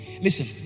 listen